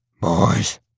Boys